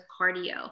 cardio